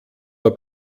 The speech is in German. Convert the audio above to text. war